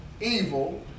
evil